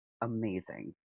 amazing